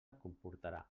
comportarà